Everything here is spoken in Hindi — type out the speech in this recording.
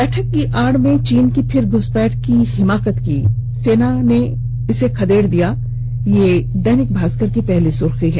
बैठक की आड़ में चीन की फिर घुसपैठ की हिमाकत की सेना ने खदेड़ दिया दैनिक भास्कर की पहली सुर्खी है